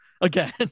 again